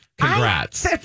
congrats